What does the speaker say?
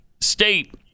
state